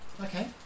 Okay